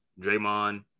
Draymond